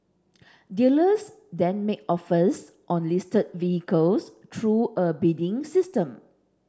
dealers then make offers on listed vehicles through a bidding system